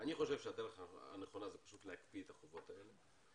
אני חושב שהדרך הנכונה זה פשוט להקפיא את החובות האלה.